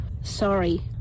sorry